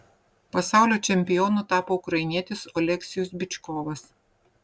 pasaulio čempionu tapo ukrainietis oleksijus byčkovas